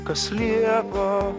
kas liepą